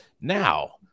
Now